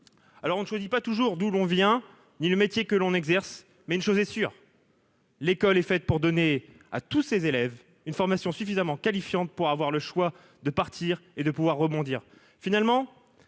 alors on ne choisit pas toujours d'où l'on vient ni le métier que l'on exerce, mais une chose est sûre. L'école est faite pour donner à tous ses élèves une formation suffisamment qualifiante pour avoir le choix de partir et de pouvoir rebondir finalement